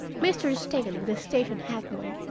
mr. staley, the station hackman,